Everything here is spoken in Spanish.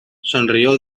sonrió